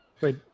wait